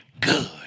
good